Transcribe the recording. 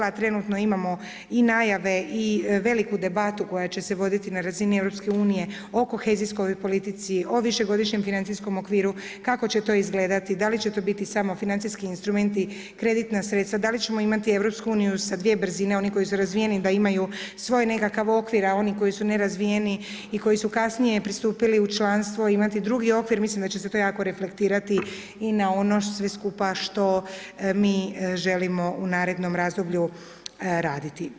A trenutno imamo i najave, i veliku debatu koja će se voditi na razini Europske unije o kohezijskoj politici, o višegodišnjem financijskom okviru, kako će to izgledati, da li će to biti samo financijski instrumenti, kreditna sredstva, da li ćemo imati Europsku uniju sa dvije brzine, oni koji su razvijeni da imaju svoj nekakav okvir, a oni koji su nerazvijeni i koji su kasnije pristupili u članstvo imati drugi okvir mislim da će se to jako reflektirati i na ono sve skupa što mi želimo u narednom razdoblju raditi.